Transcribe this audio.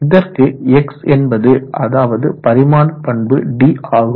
இதற்கு X என்பது அதாவது பரிமாண பண்பு d ஆகும்